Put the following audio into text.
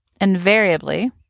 Invariably